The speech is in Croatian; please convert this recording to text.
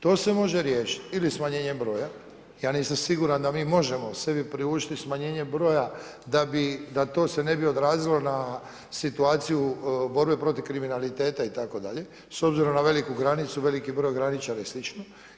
To se može riješiti ili smanjenjem broja, ja nisam siguran da mi možemo sebi priuštiti smanjenje broja da bi, da to se ne bi odrazilo na situaciju, borbe protiv kriminaliteta itd. s obzirom na veliku granicu, veliki broj graničara i slično.